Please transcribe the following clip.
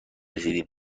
رسیدیم